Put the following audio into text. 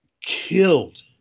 killed